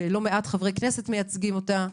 ואולי לא מעט חברי כנסת מייצגים אותה,